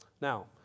Now